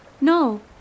No